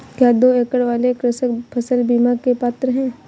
क्या दो एकड़ वाले कृषक फसल बीमा के पात्र हैं?